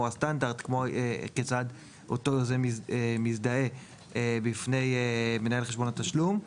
הסטנדרט והאופן שבו אותו יוזם מזדהה בפני מנהל חשבון התשלום.